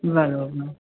बराबरि